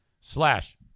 slash